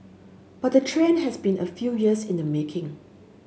but the trend has been a few years in the making